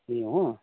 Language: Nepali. ए हो